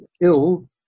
ill